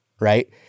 right